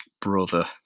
brother